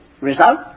Result